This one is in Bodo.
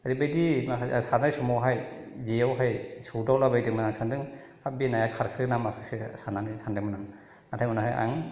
ओरैबायदि सारनाय समावहाय जेआवहाय सौदावलाबायदोंमोन आं सान्दों हाब बे नाया खारखो ना माखोसो साननानै सान्दोंमोन नाथाय उनावहाय आं